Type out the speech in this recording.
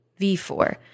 V4